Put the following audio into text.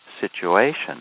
situation